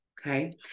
Okay